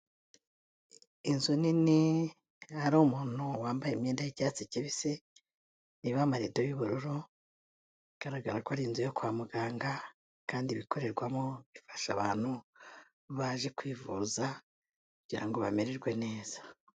Inzu nini, hari umuntu wambaye imyenda y'icyatsi kibisi, iriho amarido y'ubururu, bigaragara ko ari inzu yo kwa muganga kandi ibikorerwamo bifasha abantu baje kwivuza kugira ngo bamererwe neza.